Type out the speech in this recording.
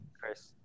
Chris